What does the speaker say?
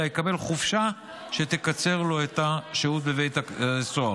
אלא יקבל חופשה שתקצר לו את השהות בבית הסוהר.